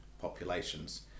populations